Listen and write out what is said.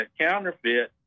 counterfeit